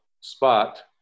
spot